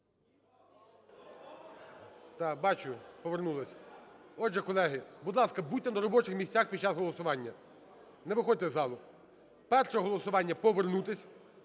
Бачу, повернулись. Отже, колеги, будь ласка, будьте на робочих місцях під час голосування, не виходьте із залу. Перше голосування – повернутись.